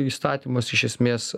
įstatymas iš esmės